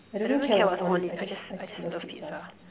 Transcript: I don't even care what's on it I just I just love pizza